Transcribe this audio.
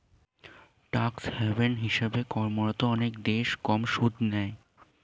tax haven হিসেবে কর্মরত অনেক দেশ কম সুদ নেয়